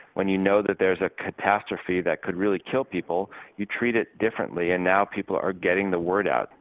when you know that there's a catastrophe that could really kill people, you treat it differently, and now people are getting the word out.